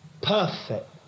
Perfect